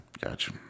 gotcha